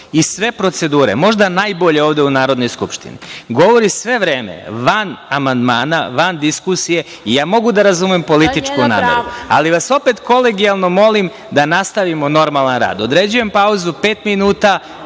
i sve procedure, možda najbolje ovde u Narodnoj skupštini, govori sve vreme van amandmana, van diskusije. Ja mogu da razumem političku nameru, ali vas opet kolegijalno molim da nastavimo normalan rad. Određujem pauzu od pet minuta,